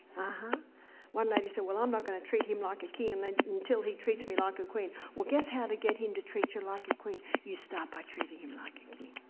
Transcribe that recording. ah one lady said, well, i'm not gonna treat him like a king and and until he treats me like a queen. well, guess how to get him to treat you like a queen? you start by treating him like a king,